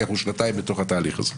כי אנחנו שנתיים בתוך התהליך הזה.